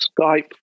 Skype